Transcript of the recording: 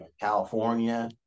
California